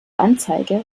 anzeige